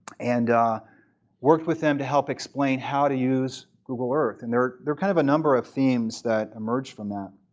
and worked with them to help explain how to use google earth. and there are kind of a number of themes that emerged from that.